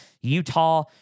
Utah